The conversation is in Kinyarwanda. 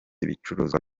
ibicuruzwa